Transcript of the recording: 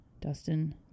dustin